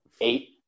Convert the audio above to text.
Eight